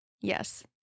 Yes